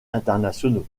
internationaux